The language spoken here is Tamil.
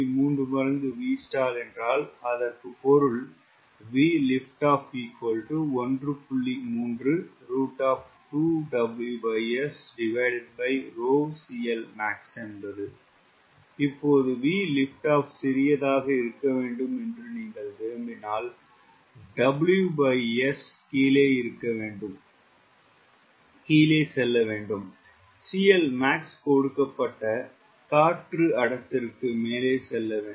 3 மடங்கு Vstall என்றால் அதற்கு பொருள் இப்போது VLO சிறியதாக இருக்க வேண்டும் என்று நீங்கள் விரும்பினால் WS கீழே செல்லவேண்டும் CLmax கொடுக்கப்பட்ட காற்று அடர்த்திக்கு மேலே செல்ல வேண்டும்